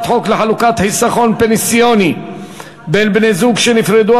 חוק לחלוקת חיסכון פנסיוני בין בני-זוג שנפרדו,